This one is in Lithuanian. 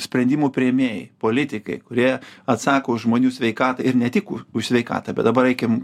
sprendimų priėmėjai politikai kurie atsako už žmonių sveikatą ir ne tik už sveikatą bet dabar eikim